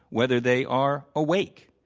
whether they are awake,